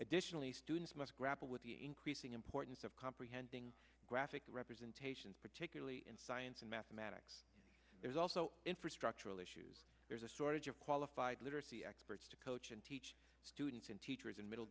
additionally students must grapple with the increasing importance of comprehending graphic representation particularly in science and mathematics there's also infrastructural issues there's a shortage of qualified literacy experts to coach and teach students and teachers in middle